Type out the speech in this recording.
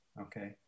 Okay